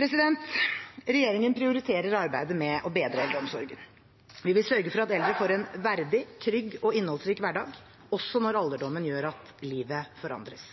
Regjeringen prioriterer arbeidet med å bedre eldreomsorgen. Vi vil sørge for at eldre får en verdig, trygg og innholdsrik hverdag, også når alderdommen gjør at livet forandres.